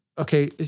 okay